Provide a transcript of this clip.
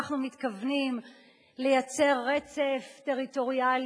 אנחנו מתכוונים לייצר רצף טריטוריאלי